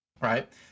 Right